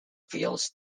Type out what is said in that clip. fields